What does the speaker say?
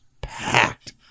packed